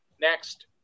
Next